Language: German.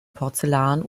porzellan